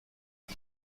ihr